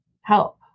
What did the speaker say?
help